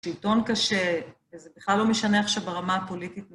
סרטון קשה, וזה בכלל לא משנה עכשיו ברמה הפוליטית.